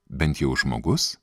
bent jau žmogus